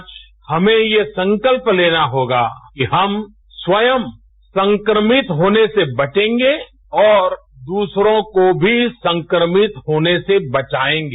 आज हमें यह संकल्प लेना होगा कि हम स्वयं संक्रमित होने से बचेंगे और दूसरों को भी संक्रमित होने से बचायेंगे